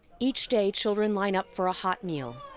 each day, children line up for a hot meal,